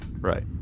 Right